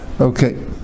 Okay